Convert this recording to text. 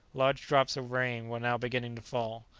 large drops of rain were now beginning to fall.